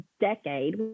decade